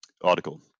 article